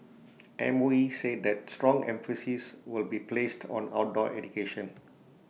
M O E said that strong emphasis will be placed on outdoor education